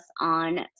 on